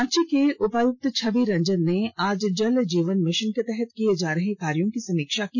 रांची के उपायुक्त छवि रंजन ने आज जल जीवन मिशन के तहत किये जा रहे कार्यो की समीक्षा की